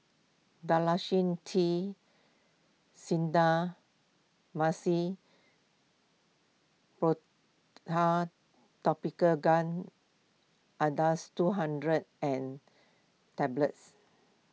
Dalacin T Clindamycin Topical Gel Acardust two hundred and Tablets